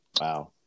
Wow